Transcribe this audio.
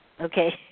Okay